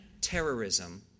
terrorism